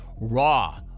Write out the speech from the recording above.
raw